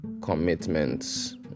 commitments